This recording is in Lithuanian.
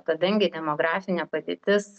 kadangi demografinė padėtis